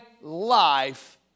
life